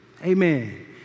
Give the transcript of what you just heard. Amen